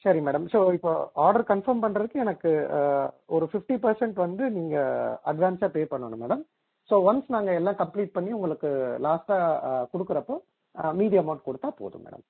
சரி madam so இப்போ order confirm பண்ணுறதுக்கு எனக்கு ஒரு ஃபிஃப்டி பர்சன்ட் வந்து நீங்கள் அட்வான்ஸாக பே பண்ணனும் மேடம் ஸோ ஒன்ஸ் நாங்கள் எல்லாம் கம்ப்ளீட் பண்ணி உங்களுக்கு லாஸ்ட்டாக கொடுக்குறப்போ மீதி அமௌன்ட் கொடுத்தா போதும் மேடம்